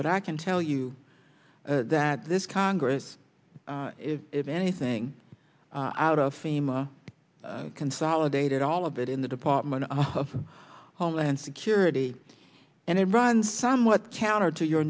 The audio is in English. but i can tell you that this congress if anything out of him a consolidated all of it in the department of homeland security and it runs somewhat counter to your